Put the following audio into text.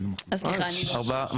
ארבעה.